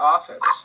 Office